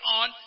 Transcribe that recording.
on